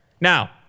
Now